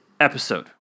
episode